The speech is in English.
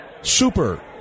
super